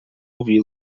ouvi